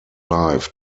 life